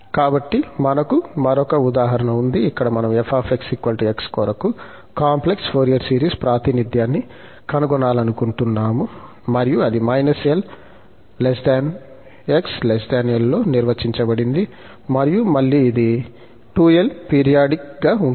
కాబట్టి మనకు మరొక ఉదాహరణ ఉంది ఇక్కడ మనము f x కొరకు కాంప్లెక్స్ ఫోరియర్ సిరీస్ ప్రాతినిధ్యాన్ని కనుగొనాలనుకుంటున్నాము మరియు అది −l x l లో నిర్వచించబడింది మరియు మళ్ళీ ఇది 2l పీరియాడిక్ గా ఉంటుంది